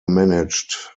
managed